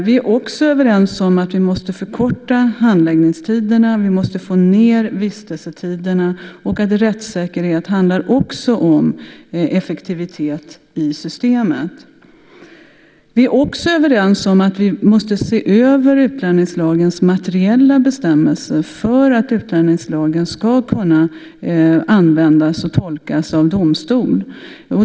Vi är också överens om att vi måste förkorta handläggningstiderna, att vi måste få ned vistelsetiderna och att rättssäkerhet också handlar om effektivitet i systemet. Vi är också överens om att vi måste se över utlänningslagens materiella bestämmelse för att utlänningslagen ska kunna användas och tolkas av domstol.